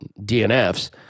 DNFs